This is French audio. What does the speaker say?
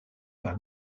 par